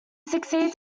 succeeds